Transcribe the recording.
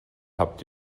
habt